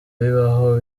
bibaho